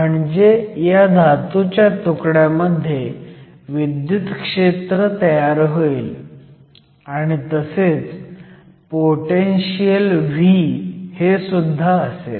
म्हणजे ह्या धातूच्या तुकड्यामध्ये विद्युत क्षेत्र तयार होईल आणि तसेच पोटेनशीयल V सुद्धा असेल